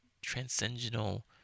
transcendental